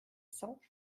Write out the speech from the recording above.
cents